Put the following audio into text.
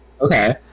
Okay